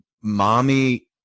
mommy